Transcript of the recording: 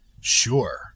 Sure